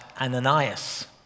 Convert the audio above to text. Ananias